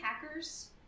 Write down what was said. hackers